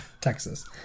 Texas